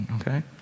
okay